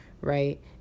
right